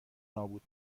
نابود